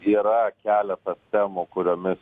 yra keletas temų kuriomis